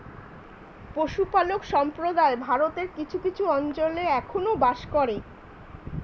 পশুপালক সম্প্রদায় ভারতের কিছু কিছু অঞ্চলে এখনো বাস করে